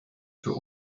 für